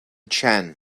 chen